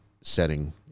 setting